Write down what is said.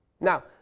Now